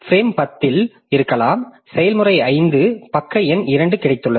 frame 10 இல் இருக்கலாம் செயல்முறை 5 பக்க எண் 2 கிடைத்துள்ளது